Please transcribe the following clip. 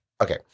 okay